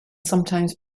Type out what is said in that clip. sometimes